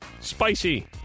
Spicy